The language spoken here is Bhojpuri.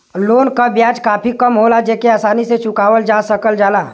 लोन क ब्याज काफी कम होला जेके आसानी से चुकावल जा सकल जाला